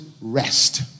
rest